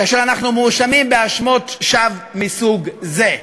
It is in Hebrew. כאשר אנחנו מואשמים בהאשמות שווא מסוג זה.